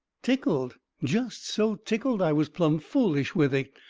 tickled? jest so tickled i was plumb foolish with it.